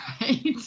right